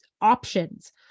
options